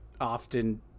often